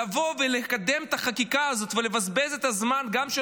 לבוא ולקדם את החקיקה הזאת ולבזבז את הזמן גם של